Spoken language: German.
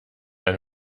eine